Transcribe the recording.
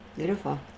Beautiful